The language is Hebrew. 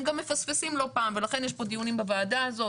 הם גם מפספסים לא פעם ולכן יש פה דיונים בוועדה הזאת,